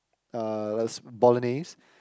uh like bolognese